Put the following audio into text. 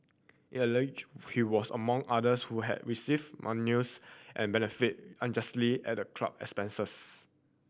it allege he was among others who have received monies and benefited unjustly at the club expense